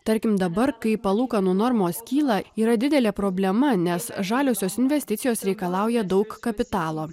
tarkim dabar kai palūkanų normos kyla yra didelė problema nes žaliosios investicijos reikalauja daug kapitalo